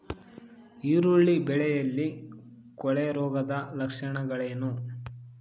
ಈರುಳ್ಳಿ ಬೆಳೆಯಲ್ಲಿ ಕೊಳೆರೋಗದ ಲಕ್ಷಣಗಳೇನು?